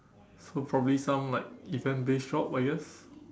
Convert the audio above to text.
so probably some like event based job I guess